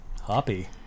hoppy